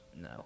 No